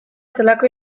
zelako